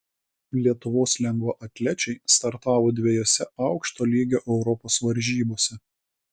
lietuvos lengvaatlečiai startavo dviejose aukšto lygio europos varžybose